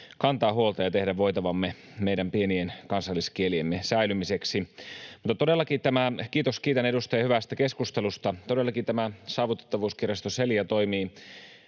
kantaa huolta ja tehdä voitavamme meidän pienien kansalliskieliemme säilymiseksi. Kiitos, kiitän edustajia hyvästä keskustelusta. Todellakin tämä Saavutettavuuskirjasto Celia toimii